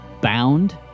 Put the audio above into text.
bound